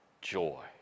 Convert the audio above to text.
joy